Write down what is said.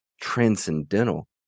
transcendental